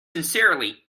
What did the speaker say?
sincerely